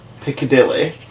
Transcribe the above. Piccadilly